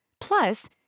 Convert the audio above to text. Plus